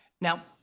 Now